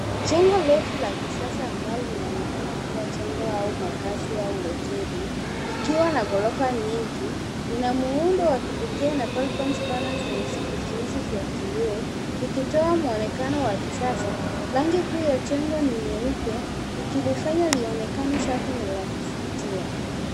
Lengo refu la kisasa ambalo linaonekana kuwa jengo au makazi au hoteli likiwa na ghorofa nyingi lina muundo wa kipee na [cs ] balkoni [cs ] pana zenye vizuizi vya kioo likitoa mwonekano wa kisasa. Rangi kuu ya jengo ni nyeupe ikilifanya lionekane safi na la kuvutia.